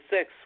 Six